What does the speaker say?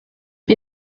bin